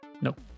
Nope